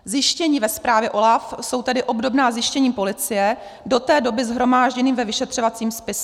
Zjištění ve zprávě OLAF jsou tedy obdobná zjištěním policie do té doby shromážděným ve vyšetřovacím spise.